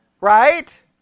Right